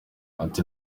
ati